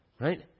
Right